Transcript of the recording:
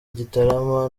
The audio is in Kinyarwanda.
gitarama